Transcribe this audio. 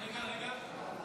(קורא בשם חבר הכנסת)